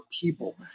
people